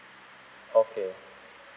okay